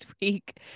week